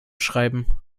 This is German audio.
schreiben